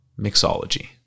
mixology